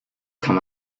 kann